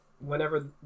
whenever